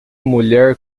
mulher